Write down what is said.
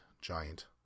giant